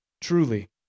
Truly